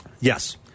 Yes